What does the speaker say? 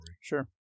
Sure